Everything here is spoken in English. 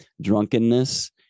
drunkenness